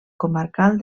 comarcal